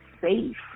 safe